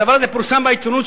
הדבר הזה פורסם בעיתונות,